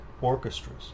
orchestras